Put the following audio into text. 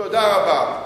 תודה רבה.